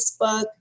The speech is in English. Facebook